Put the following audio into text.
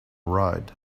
write